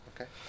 Okay